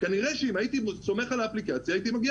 כנראה שאם הייתי סומך על האפליקציה ההייתי מגיע